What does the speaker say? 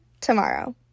tomorrow